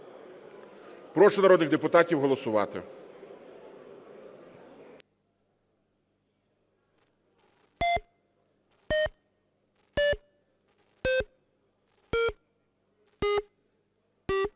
Прошу народних депутатів голосувати.